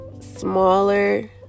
smaller